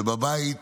ובבית